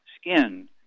skin